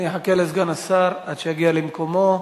אני אחכה לסגן השר עד שיגיע למקומו.